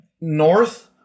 north